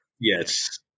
Yes